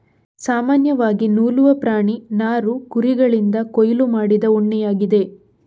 ಸಾಮಾನ್ಯವಾಗಿ ನೂಲುವ ಪ್ರಾಣಿ ನಾರು ಕುರಿಗಳಿಂದ ಕೊಯ್ಲು ಮಾಡಿದ ಉಣ್ಣೆಯಾಗಿದೆ